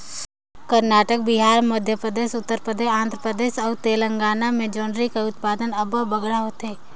करनाटक, बिहार, मध्यपरदेस, उत्तर परदेस, आंध्र परदेस अउ तेलंगाना में जोंढरी कर उत्पादन अब्बड़ बगरा होथे